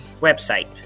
website